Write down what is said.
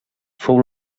fou